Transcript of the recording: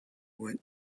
went